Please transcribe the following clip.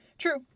true